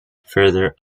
further